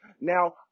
Now